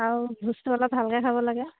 আৰু ভোজটো অলপ ভালকৈ খাব লাগে